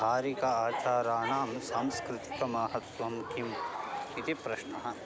धारिक आचाराणां सांस्कृतिकमहत्वं किम् इति प्रश्नः